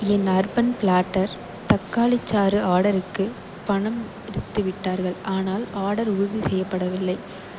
என் urban platter தக்காளிச் சாறு ஆர்டருக்கு பணம் எடுத்துவிட்டார்கள் ஆனால் ஆர்டர் உறுதி செய்யப்படவில்லை